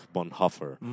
Bonhoeffer